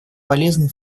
полезный